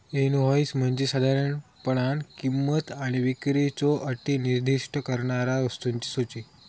invoice म्हणजे साधारणपणान किंमत आणि विक्रीच्यो अटी निर्दिष्ट करणारा वस्तूंची सूची